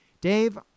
Dave